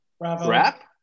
Wrap